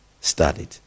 studied